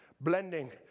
blending